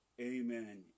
amen